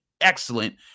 excellent